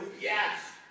yes